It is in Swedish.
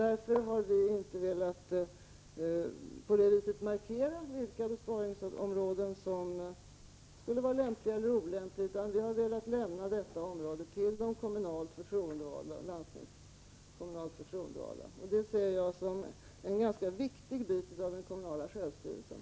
Därför har vi inte velat på detta sätt markera vilka besparingsområden som skulle vara lämpliga eller olämpliga, utan vi har lämnat detta avgörande till de landstingskommunalt förtroendevalda. Det ser jag som en ganska viktig bit av den kommunala självstyrelsen.